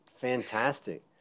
Fantastic